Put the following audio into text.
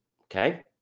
okay